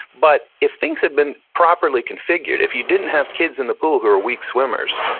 but if things have been properly configured, if you didn't have kids in the pool who were weak swimmers,